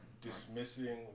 dismissing